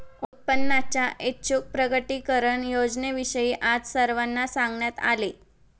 उत्पन्नाच्या ऐच्छिक प्रकटीकरण योजनेविषयी आज सर्वांना सांगण्यात आले